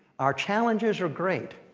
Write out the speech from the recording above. our challenges are great,